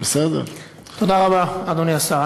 תודה רבה, אדוני השר.